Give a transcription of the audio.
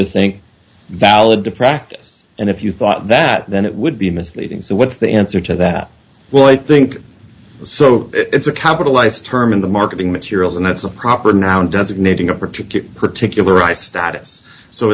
think valid to practice and if you thought that then it would be misleading so what's the answer to that well i think so it's a capitalized term in the marketing materials and that's a proper noun designating a particular particular i status so